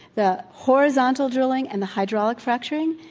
the horizontal drilling and the hydraulic fracturing,